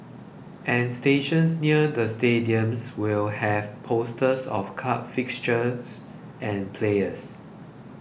and stations near the stadiums will have posters of club fixtures and players